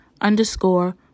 underscore